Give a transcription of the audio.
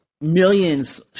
Millions